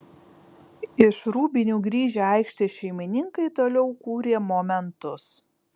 iš rūbinių grįžę aikštės šeimininkai toliau kūrė momentus